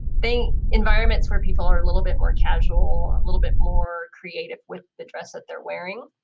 think environments where people are a little bit more casual, a little bit more creative with the dress that they're wearing.